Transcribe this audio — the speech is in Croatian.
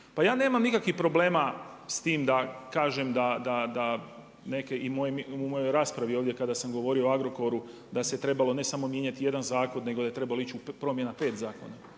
pa ja nemam nikakvih problema, s tim da kažem da neke i u mojoj raspravi kada sam govorio o Agrokoru, da se trebalo ne samo mijenjati jedan zakon, nego da je trebalo ići u promjena 5 zakona.